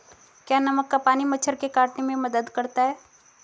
क्या नमक का पानी मच्छर के काटने में मदद करता है?